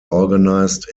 organized